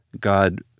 God